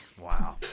wow